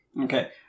Okay